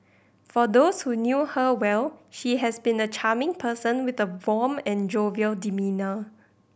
for those who knew her well he has been a charming person with a warm and jovial demeanour